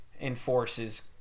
enforces